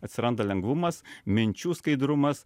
atsiranda lengvumas minčių skaidrumas